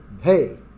hey